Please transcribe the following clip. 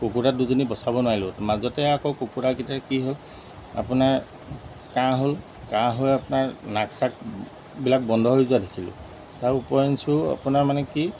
কুকুৰাৰ দুজনী বচাব নোৱাৰিলোঁ মাজতে আকৌ কুকুৰাকেইটাৰ কি হ'ল আপোনাৰ কাঁহ হ'ল কাঁহ হৈ আপোনাৰ নাক চাকবিলাক বন্ধ হৈ যোৱা দেখিলোঁ তাৰ ওপৰঞ্চিও আপোনাৰ মানে কি